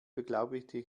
beglaubigte